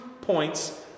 points